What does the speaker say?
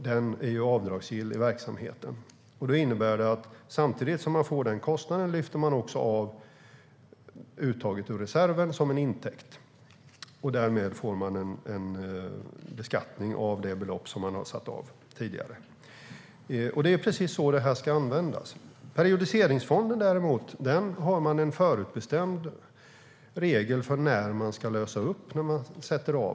Den är avdragsgill i verksamheten. Det innebär att samtidigt som kostnaden uppstår lyfts uttaget ur reserven som en intäkt. Därmed blir det en beskattning av det belopp som har satts av tidigare. Det är precis så den reserven ska användas. Vid avsättning till periodiseringsfonder finns en förutbestämd regel för när de ska lösas upp.